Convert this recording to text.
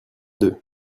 deux